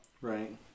Right